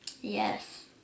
Yes